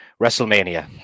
wrestlemania